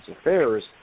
Affairs